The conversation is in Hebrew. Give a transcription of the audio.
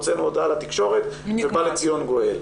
הוצאנו הודעה לתקשורת' ובא לציון גואל.